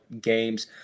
games